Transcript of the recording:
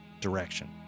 direction